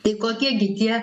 tai kokie gi tie